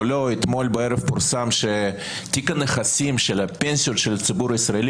אמש פורסם שתיק הנכסים של פנסיות הציבור הישראלי